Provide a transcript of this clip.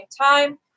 time